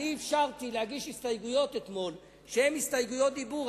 אפשרתי אתמול להגיש הסתייגויות שהן הסתייגויות דיבור.